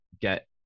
get